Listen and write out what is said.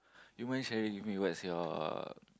you mind sharing with me what's your